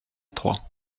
trois